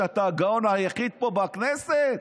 שאתה הגאון היחיד פה בכנסת,